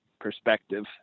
perspective